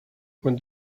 when